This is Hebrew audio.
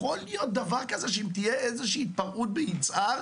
יכול להיות דבר כזה שאם תהיה איזושהי התפרעות ביצהר